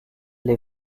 les